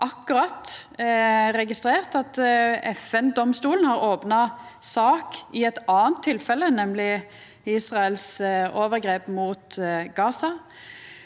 Me har akkurat registrert at FN-domstolen har opna sak i eit anna tilfelle, nemleg Israels overgrep mot Gaza,